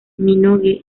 minogue